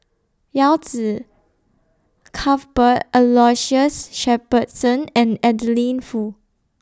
Yao Zi Cuthbert Aloysius Shepherdson and Adeline Foo